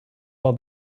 all